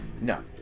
no